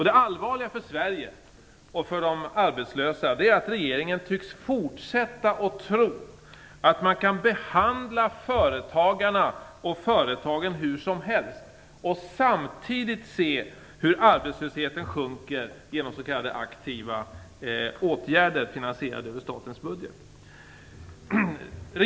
Det allvarliga för Sverige och för de arbetslösa är att regeringen tycks fortsätta tro att man kan behandla företagarna och företagen hur som helst och samtidigt se arbetslösheten sjunka genom s.k. aktiva åtgärder som är finansierade över statens budget.